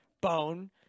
bone